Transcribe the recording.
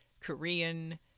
Korean